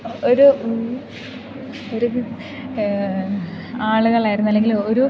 ഒരു ഒരു ആളുകളായിരുന്നു അല്ലെങ്കിൽ ഒരു